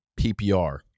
PPR